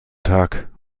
tag